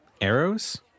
Arrows